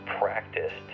practiced